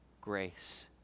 grace